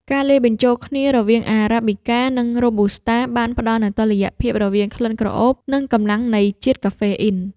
ការលាយបញ្ចូលគ្នារវាងអារ៉ាប៊ីកា និងរ៉ូប៊ូស្តា បានផ្ដល់នូវតុល្យភាពរវាងក្លិនក្រអូប និងកម្លាំងនៃជាតិកាហ្វេអ៊ីន។